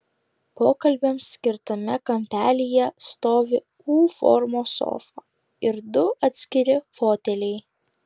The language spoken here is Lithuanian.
pokalbiams skirtame kampelyje stovi u formos sofa ir du atskiri foteliai